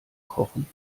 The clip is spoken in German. kochen